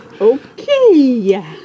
Okay